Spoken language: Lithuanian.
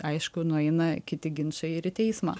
aišku nueina kiti ginčai ir į teismą